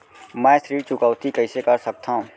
मैं ऋण चुकौती कइसे कर सकथव?